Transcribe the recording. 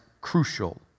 crucial